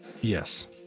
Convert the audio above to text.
Yes